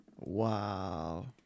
wow